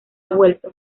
vuelto